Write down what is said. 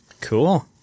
Cool